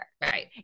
Right